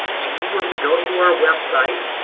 if you were to go to our website,